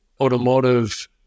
automotive